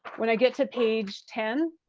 when i get to page ten,